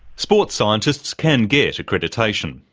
sports scientists can get accreditation.